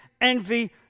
envy